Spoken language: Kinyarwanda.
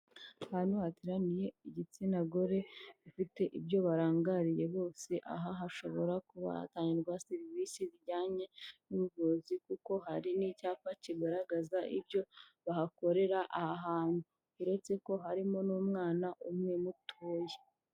Ahantu hateraniye igitsina gore bafite ibyo barangariye bose, aha hashobora kuba hatangirwa serivisi zijyanye n'ubuvuzi kuko hari n'icyapa kigaragaza ibyo bahakorera aha Hantu uretse ko harimo n'umwana umwe mutoya.